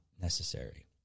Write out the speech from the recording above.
necessary